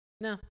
No